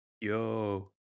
Yo